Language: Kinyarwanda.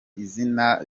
izina